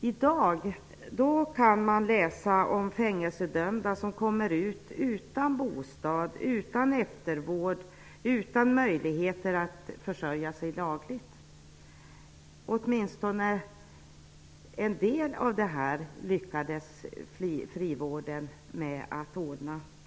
I dag kan man läsa om fängelsedömda som släpps ut utan att de har bostad, utan eftervård och utan möjligheter att försörja sig lagligt. En del av detta lyckades frivården tidigare att ordna.